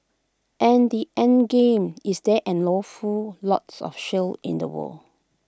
and the endgame is there's an awful lot of shale in the world